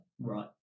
Right